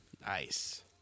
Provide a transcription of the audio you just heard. Nice